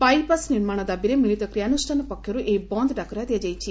bypass ନିର୍ମାଣ ଦାବିରେ ମିଳିତ କ୍ରିୟାନୁଷ୍ଠାନ ପକ୍ଷରୁ ଏହି ବନ୍ଦ ଡାକରା ଦିଆଯାଇଛି